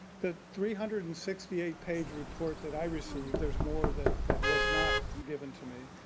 the three hundred and sixty eight page report that i received, there was more that that was not given to me,